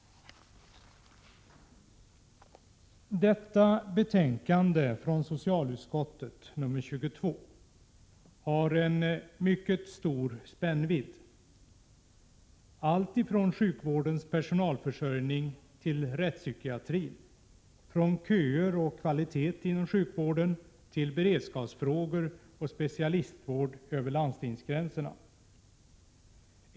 Socialutskottets betänkande nr 22 har en mycket stor spännvidd, alltifrån sjukvårdens personalförsörjning till rättspsykiatri, från köer och kvalitet inom sjukvården till beredskapsfrågor och specialistvård över landstingsgränserna.